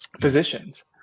physicians